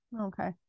Okay